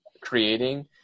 creating